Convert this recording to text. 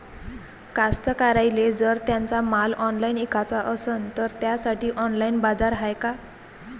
कास्तकाराइले जर त्यांचा माल ऑनलाइन इकाचा असन तर त्यासाठी ऑनलाइन बाजार हाय का?